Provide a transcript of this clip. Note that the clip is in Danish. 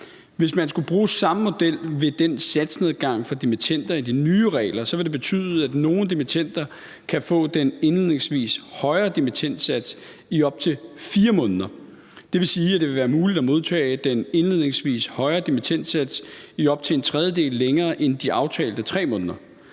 Hvis man skulle bruge samme model ved den satsnedgang for dimittender i de nye regler, vil det betyde, at nogle dimittender kan få den indledningsvis højere dimittendsats i op til 4 måneder. Det vil sige, at det vil være muligt at modtage den indledningsvis højere dimittendsats i op til en tredjedel længere end de aftalte 3 måneder.